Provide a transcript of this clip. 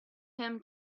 him